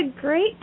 great